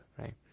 right